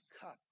cup